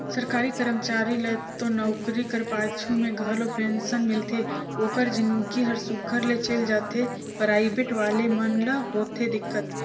सरकारी करमचारी ल तो नउकरी कर पाछू में घलो पेंसन मिलथे ओकर जिनगी हर सुग्घर ले चइल जाथे पराइबेट वाले मन ल होथे दिक्कत